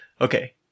okay